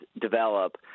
develop